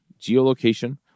geolocation